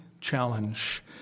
challenge